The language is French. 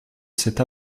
cette